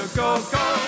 go-go